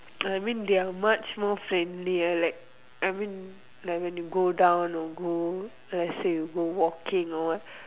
I mean they are much more friendlier like I mean like when you go down or go let say you go walking or what